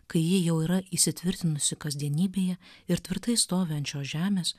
kai ji jau yra įsitvirtinusi kasdienybėje ir tvirtai stovi ant šios žemės